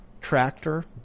Tractor